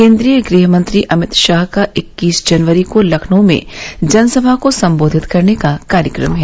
केन्द्रीय गृह मंत्री अमित शाह का इक्कीस जनवरी को लखनऊ में जनसभा को सम्बोधित करने का कार्यक्रम है